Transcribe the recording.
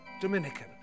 Dominican